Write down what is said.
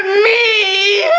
me.